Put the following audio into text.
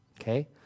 Okay